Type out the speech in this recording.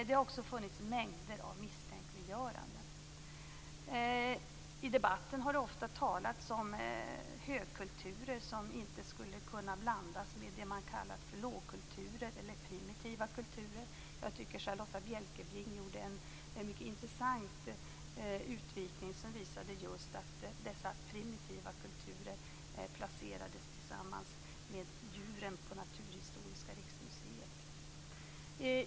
Det har också funnits mängder av misstänkliggöranden. I debatten har det ofta talats om högkulturer som inte skulle kunna blandas med det man kallar för lågkulturer eller primitiva kulturer. Jag tycker att Charlotta Bjälkebring gjorde en mycket intressant utvikning som visade just att dessa primitiva kulturer placerades tillsammans med djuren på Naturhistoriska riksmuseet.